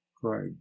cried